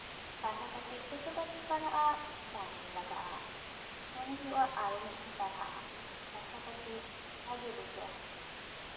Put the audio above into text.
ᱯᱟᱲᱦᱟ ᱠᱟᱛᱮᱜ ᱡᱷᱚᱛᱚᱵᱟᱨ ᱜᱤᱧ ᱯᱟᱲᱦᱟᱜᱼᱟ ᱢᱚᱱᱮᱨᱮ ᱞᱟᱜᱟᱜᱼᱟ ᱢᱚᱱᱮ ᱦᱩᱭᱩᱜᱼᱟ ᱟᱨᱚ ᱢᱤᱫ ᱫᱷᱟᱣ ᱤᱧ ᱯᱟᱲᱦᱟᱜᱼᱟ ᱯᱟᱲᱦᱟᱣ ᱠᱟᱛᱮᱜ ᱵᱷᱟᱜᱮ ᱵᱩᱡᱷᱟᱹᱜᱼᱟ